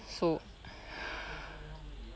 so